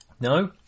No